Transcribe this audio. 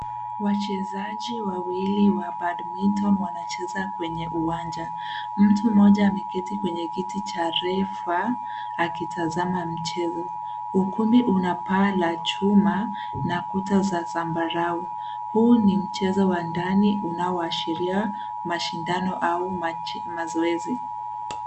Wachezaji wawili wa badminton wanacheza kwenye uwanja. Mtu mmoja ameketi kwenye kiti cha refa akitazama mchezo. Ukumbi una paa la chuma na kuta za zambarau. Huu ni mchezo wa ndani unaoashiria mashindano au mazoezi.